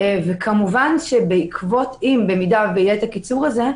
כמובן אם יהיה הקיצור הזה,